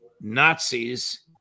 Nazis